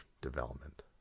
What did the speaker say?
development